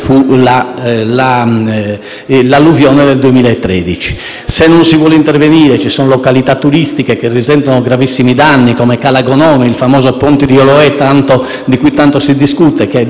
Se non si interviene, vi sono località turistiche che risentono di gravissimi danni, come Cala Gonone, con il famoso ponte di Oloè, di cui tanto si discute, che da cinque anni è bloccato; c'è un ponte sulla Olbia-Tempio